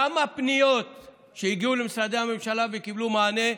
כמה פניות שהגיעו למשרדי הממשלה וקיבלו מענה,